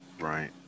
Right